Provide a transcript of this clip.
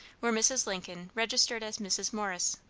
where mrs. lincoln registered as mrs. morris.